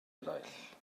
eraill